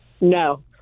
No